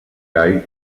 gai